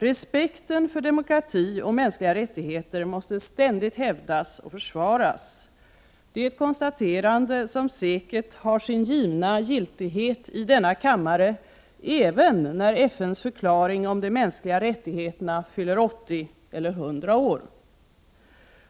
Respekten för demokrati och mänskliga rättigheter måste ständigt hävdas och försvaras. Det är ett konstaterande som säkert har sin givna giltighet i denna kammare även när FN:s förklaring om de mänskliga rättigheterna fyller 80 eller 100 år.